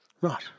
Right